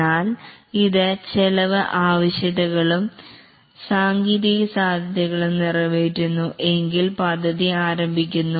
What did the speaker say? എന്നാൽ ഇത് ചെലവ് ആവശ്യകതകളും സാങ്കേതിക സാധ്യതകളും നിറവേറ്റുന്നു എങ്കിൽ പദ്ധതി ആരംഭിക്കുന്നു